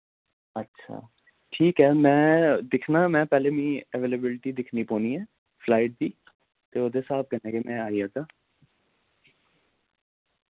अच्छा ठीक ऐ में दिक्खना में पैह्ले मिकी अवेलेबिलिटी दिक्खनी पोनी ऐ फ्लाइट दी ते ओह्दे स्हाब कन्नै में आई जागा